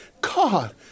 God